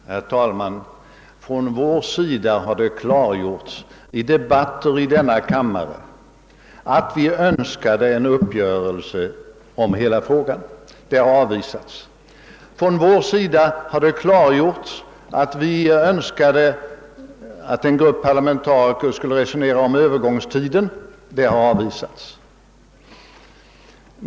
Herr talman! Från vår sida har under debatten i denna kammare klargjorts att vi önskade en uppgörelse om hela frågan angående hyresregleringen. Alla förslag i sådant syfte har avvisats. Vi har klargjort att vi önskade att en grupp parlamentariker skulle resonera om Öövergångstiden. Förslagen har avvisats.